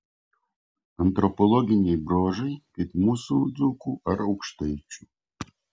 antropologiniai bruožai kaip mūsų dzūkų ar aukštaičių